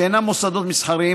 שאינם מוסדות מסחריים,